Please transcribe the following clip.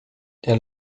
der